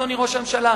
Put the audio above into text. אדוני ראש הממשלה,